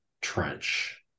Trench